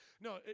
No